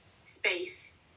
space